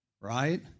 right